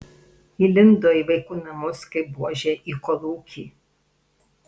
įlindo į vaikų namus kaip buožė į kolūkį